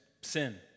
Sin